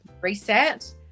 reset